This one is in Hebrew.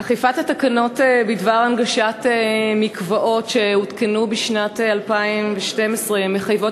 אכיפת התקנות בדבר הנגשת המקוואות שהותקנו בשנת 2012 מחייבת